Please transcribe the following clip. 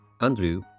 Andrew